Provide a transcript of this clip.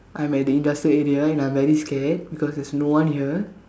I'm at the industrial area and I very scared because there's no one here